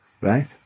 Right